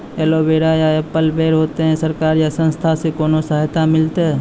Aloe vera या apple बैर होते? सरकार या संस्था से कोनो सहायता मिलते?